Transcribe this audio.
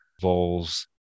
voles